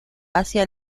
hacia